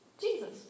Jesus